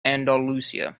andalusia